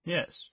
Yes